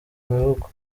imivugo